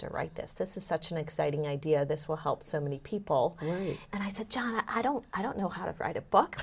to write this this is such an exciting idea this will help so many people and i said john i don't i don't know how to write a book